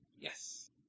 Yes